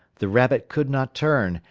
the rabbit could not turn,